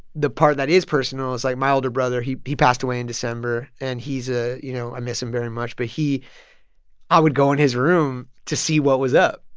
the part that is personal is, like, my older brother. he he passed away in december, and he's ah you know, i miss him very much, but he i would go in his room to see what was up.